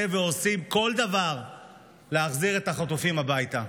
ועושים כל דבר להחזיר את החטופים הביתה.